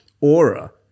aura